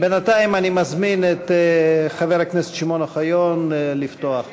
בינתיים אני מזמין את חבר הכנסת שמעון אוחיון לפתוח.